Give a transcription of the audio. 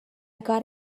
got